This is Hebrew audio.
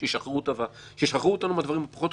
שישחררו אותנו מהדברים הפחות חשובים.